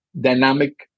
dynamic